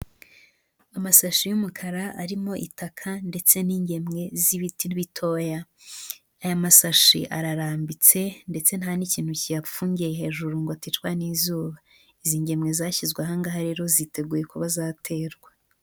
Amasashi y'umukara arimo itaka ndetse n'ingemwe z'ibiti bitoya, aya masashi ararambitse ndetse nta n'ikintu kiyafungiye hejuru ngo aticwa n'izuba, izi ngemwe zashyizwe ahaha rero ziteguye kuba zaterwa.